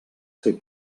ser